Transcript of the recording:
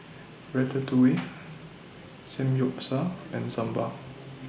Ratatouille Samgyeopsal and Sambar